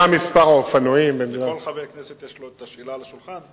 1 2. השאילתא של חבר הכנסת אורלב הועברה לחברת "רכבת ישראל".